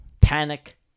panic